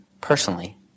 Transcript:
personally